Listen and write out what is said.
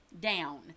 down